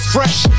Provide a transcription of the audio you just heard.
Fresh